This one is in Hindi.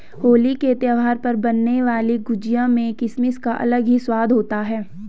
होली के त्यौहार पर बनने वाली गुजिया में किसमिस का अलग ही स्वाद होता है